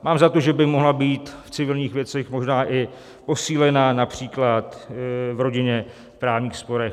Mám za to, že by mohla být v civilních věcech možná i posílena, například v rodinných právních sporech.